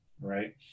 right